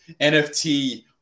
NFT